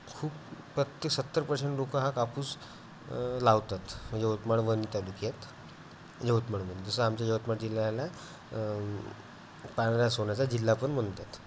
खूप पत्ते सत्तर पर्शेंट लोकं हा कापूस लावतात यवतमाळ वणी तालुक्यात यवतमाळ मन जसं आमच्या यवतमाळ जिल्ह्याला पांढऱ्या सोन्याचा जिल्हा पण म्हणतात